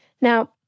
Now